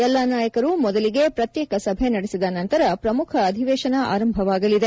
ಎಲ್ಲ ನಾಯಕರು ಮೊದಲಿಗೆ ಪ್ರತ್ಯೇಕ ಸಭೆ ನಡೆಸಿದ ನಂತರ ಪ್ರಮುಖ ಅಧಿವೇಶನ ಆರಂಭವಾಗಲಿದೆ